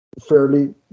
fairly